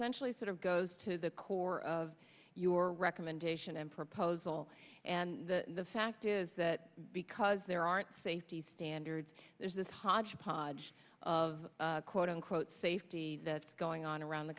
essentially sort of goes to the core of your recommendation and proposal and the fact is that because there aren't safety standards there's this hodgepodge of quote unquote safety that's going on around the